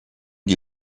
die